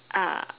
uh